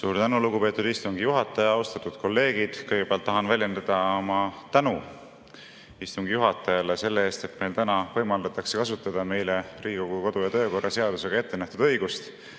Suur tänu, lugupeetud istungi juhataja! Austatud kolleegid! Kõigepealt tahan väljendada oma tänu istungi juhatajale selle eest, et meil täna võimaldatakse kasutada meile Riigikogu kodu‑ ja töökorra seadusega ettenähtud õigust